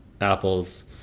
apples